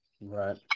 Right